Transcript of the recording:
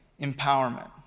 empowerment